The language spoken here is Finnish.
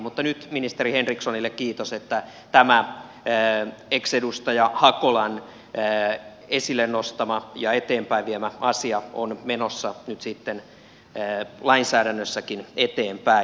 mutta nyt ministeri henrikssonille kiitos että tämä ex edustaja hakolan esille nostama ja eteenpäin viemä asia on menossa nyt sitten lainsäädännössäkin eteenpäin